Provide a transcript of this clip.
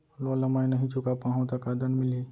Loan ला मैं नही चुका पाहव त का दण्ड मिलही?